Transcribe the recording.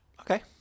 Okay